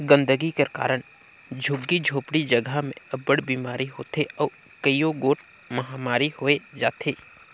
गंदगी कर कारन झुग्गी झोपड़ी जगहा में अब्बड़ बिमारी होथे अउ कइयो गोट महमारी होए जाथे